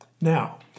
Now